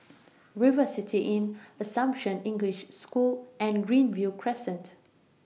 River City Inn Assumption English School and Greenview Crescent